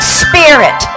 spirit